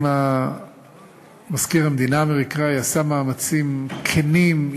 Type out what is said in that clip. מזכיר המדינה האמריקני עשה מאמצים כנים,